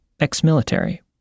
ex-military